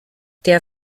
der